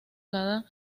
cada